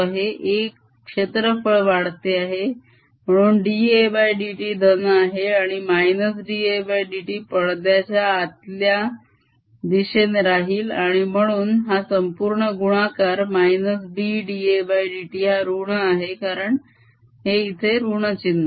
A क्षेत्रफळ वाढते आहे म्हणून dAdt धन आहे आणि -dAdt पडद्याच्या आतल्या दिशेने राहील आणि म्हणून हा संपूर्ण गुणाकार -bdadt हा ऋण आहे कारण हे इथे ऋण चिन्ह आहे